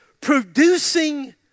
Producing